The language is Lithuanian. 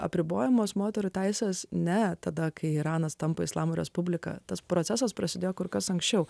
apribojamos moterų teises ne tada kai iranas tampa islamo respublika tas procesas prasidėjo kur kas anksčiau